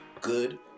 good